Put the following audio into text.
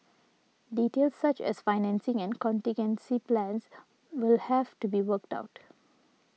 details such as financing and contingency plans will have to be worked out